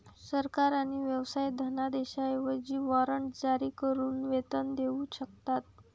सरकार आणि व्यवसाय धनादेशांऐवजी वॉरंट जारी करून वेतन देऊ शकतात